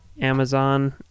Amazon